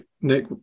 nick